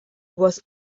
was